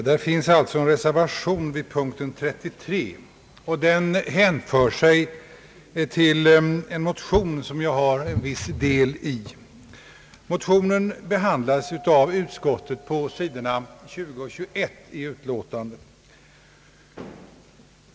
Herr talman! Vid punkten 33 finns en reservation som hänför sig till en motion vilken jag har viss del i. Motionen behandlas av utskottet på sidorna 20 och 21 i utlåtandet.